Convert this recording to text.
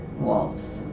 walls